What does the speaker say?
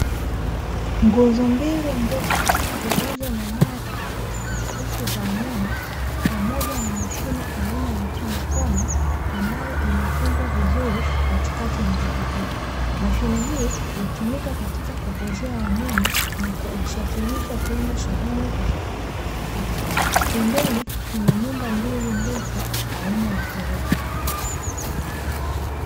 Nguzo mbili ndefu, zilizo na nyaya tofautitofauti za umeme pamoja na mashine aina ya transfoma ambayo imefungwa vizuri katikati ya nguzo hizo. Mashine hii hutumika katika kupoozea umeme na kuusafirisha kwenda sehemu tofautitofauti. Pembeni kuna nyumba mbili ndefu aina ya ghorofa.